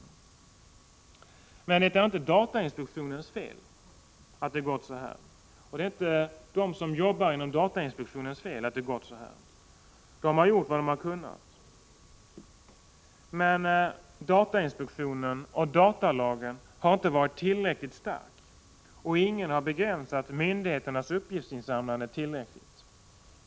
Det är emellertid inte datainspektionens fel att det har gått så här. Inte heller ligger felet hos dem som jobbar där. De har gjort vad de har kunnat. Men datainspektionen — och datalagen — har inte varit tillräckligt stark. Ingen har begränsat myndigheternas uppgiftsinsamlande tillräckligt.